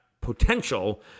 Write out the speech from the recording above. potential